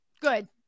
Good